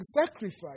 sacrifice